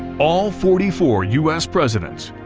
all forty four us presidents,